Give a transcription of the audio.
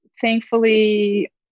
thankfully